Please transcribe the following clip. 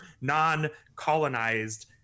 non-colonized